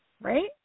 Right